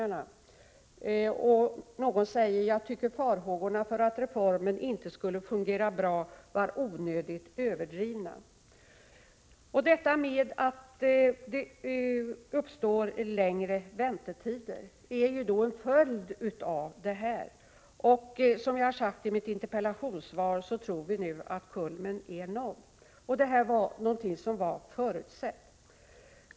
Någon har t.ex. sagt att farhågorna för att reformen inte skulle fungera bra var onödigt överdrivna. Att det uppstod längre väntetider var en följd av den nya situationen. Som jag sade i mitt interpellationssvar, tror vi nu att kulmen är nådd. Detta var någonting som man förutsåg.